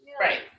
Right